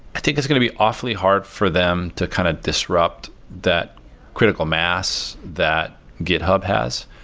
i think it's going to be awfully hard for them to kind of disrupt that critical mass that github has.